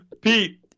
Pete